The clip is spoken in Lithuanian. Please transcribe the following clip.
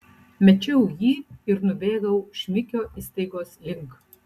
mečiau jį ir nubėgau šmikio įstaigos link